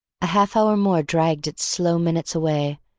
a half hour more dragged its slow minutes away,